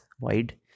wide